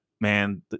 man